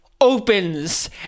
opens